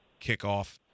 kickoff